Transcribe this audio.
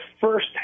first